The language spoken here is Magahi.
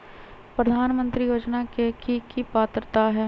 प्रधानमंत्री योजना के की की पात्रता है?